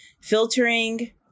Filtering